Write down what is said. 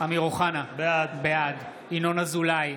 אמיר אוחנה, בעד ינון אזולאי,